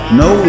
no